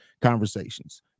conversations